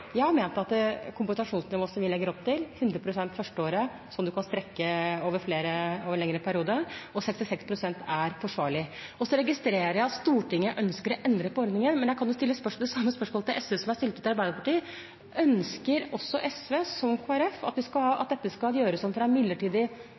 at kompensasjonsnivået som vi legger opp til, med 100 pst. det første året, og som kan strekkes over en lengre periode, og 66 pst., er forsvarlig. Så registrerer jeg at Stortinget ønsker å endre på ordningen, men jeg kan stille det samme spørsmålet til SV som jeg stilte til Arbeiderpartiet: Ønsker SV, som Kristelig Folkeparti, at dette skal